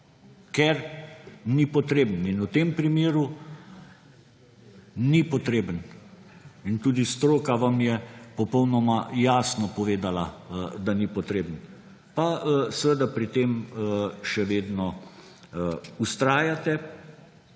ker ni potreben. V tem primeru ni potreben in tudi stroka vam je popolnoma jasno povedala, da ni potreben, pa pri tem še vedno vztrajate.